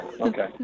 okay